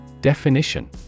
Definition